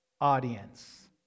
audience